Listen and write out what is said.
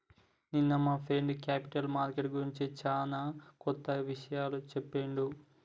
నిన్న మా friend capital market గురించి చానా కొత్త ఇషయాలు చెప్పిండు